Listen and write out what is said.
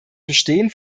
bestehen